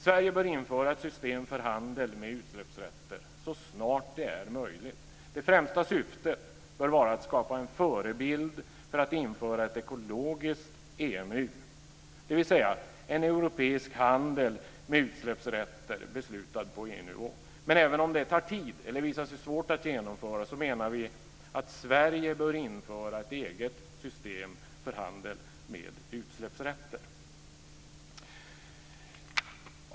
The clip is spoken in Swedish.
Sverige bör införa ett system för handel med utsläppsrätter så snart det är möjligt. Det främsta syftet bör vara att skapa en förebild för att införa ett ekologiskt EMU, dvs. en europeisk handel med utsläppsrätter beslutad på EU-nivå. Men även om det tar tid eller visar sig svårt att genomföra, menar vi att Sverige bör införa ett eget system för handel med utsläppsrätter.